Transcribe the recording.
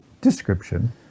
description